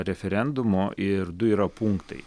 referendumo ir du yra punktai